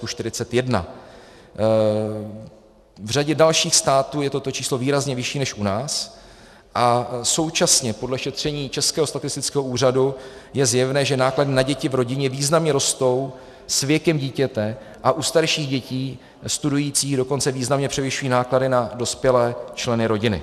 V řadě dalších států je toto číslo výrazně vyšší než u nás a současně podle šetření Českého statistického úřadu je zjevné, že náklady na děti v rodině významně rostou s věkem dítěte a u starších dětí, studujících, dokonce významně převyšují náklady na dospělé členy rodiny.